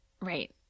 Right